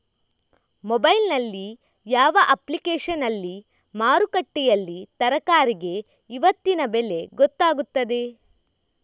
Mobile ನಲ್ಲಿ ಯಾವ ಅಪ್ಲಿಕೇಶನ್ನಲ್ಲಿ ಮಾರುಕಟ್ಟೆಯಲ್ಲಿ ತರಕಾರಿಗೆ ಇವತ್ತಿನ ಬೆಲೆ ಗೊತ್ತಾಗುತ್ತದೆ?